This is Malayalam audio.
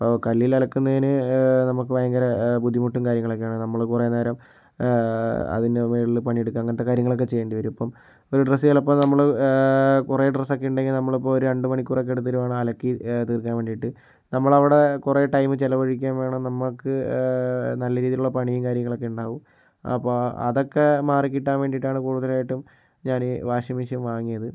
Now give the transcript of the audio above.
അപ്പോൾ കല്ലിൽ അലക്കുന്നതിന് നമുക്ക് ഭയങ്കര ബുദ്ധിമുട്ടും കാര്യങ്ങളൊക്കെയാണ് നമ്മൾ കുറെ നേരം അതിൻ്റെ മുകളിൽ പണിയെടുക്കുക അങ്ങനത്തെ കാര്യങ്ങളൊക്കെ ചെയ്യേണ്ടി വരും ഇപ്പം ഒരു ഡ്രസ്സ് ചിലപ്പോൾ നമ്മൾ കുറെ ഡ്രസ്സൊക്കെ ഉണ്ടെങ്കിൽ നമ്മളിപ്പം ഒരു രണ്ട് മണിക്കൂറൊക്കെ എടുത്തിട്ട് വേണം അലക്കി തീർക്കാൻ വേണ്ടിയിട്ട് നമ്മൾ അവിടെ കുറെ ടൈം ചിലവഴിക്കുകയും വേണം നമ്മൾക്ക് നല്ല രീതിയിലുള്ള പണിയും കാര്യങ്ങളൊക്കെ ഉണ്ടാവും അപ്പോൾ ആ അതൊക്കെ മാറിക്കിട്ടാൻ വേണ്ടിയിട്ടാണ് കൂടുതലായിട്ടും ഞാൻ വാഷിംഗ് മെഷീൻ വാങ്ങിയത്